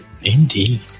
Indeed